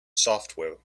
software